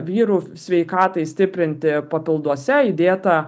vyrų sveikatai stiprinti papilduose įdėta